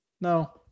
no